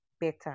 better